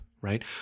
right